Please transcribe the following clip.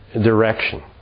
direction